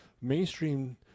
mainstream